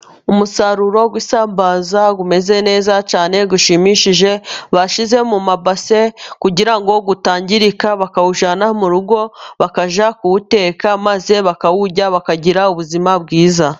Umusaruro w'isambaza umeze neza cyane ushimishije, bashyize mu mabase kugirango utangirika, bakawujyana mu rugo bakajya kuwuteka, maze bakawurya bakagira ubuzima bwiza.